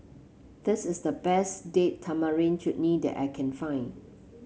this is the best Date Tamarind Chutney that I can find